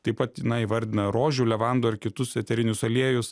taip pat na įvardina rožių levandų ar kitus eterinius aliejus